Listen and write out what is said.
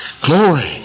Glory